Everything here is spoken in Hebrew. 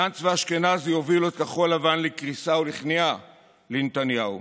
גנץ ואשכנזי הובילו את כחול לבן לקריסה ולכניעה לנתניהו